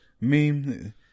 meme